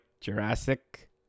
Jurassic